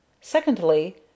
Secondly